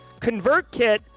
ConvertKit